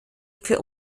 für